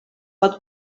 pot